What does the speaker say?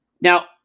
Now